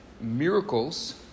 miracles